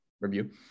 review